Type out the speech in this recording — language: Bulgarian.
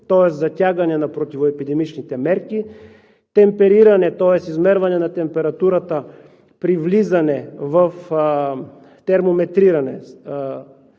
тоест затягане на противоепидемичните мерки, темпериране, тоест измерване на температурата, термометриране